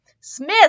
Smith